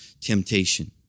temptation